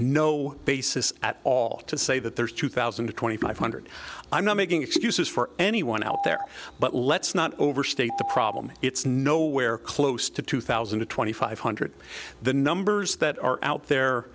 no basis at all to say that there are two thousand to twenty five hundred i'm not making excuses for anyone out there but let's not overstate the problem it's nowhere close to two thousand and twenty five hundred the numbers that are out there